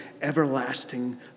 everlasting